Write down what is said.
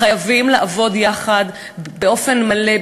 חייבים לעבוד יחד באופן מלא,